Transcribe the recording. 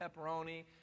pepperoni